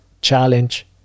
challenge